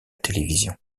télévision